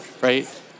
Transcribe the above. right